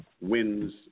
wins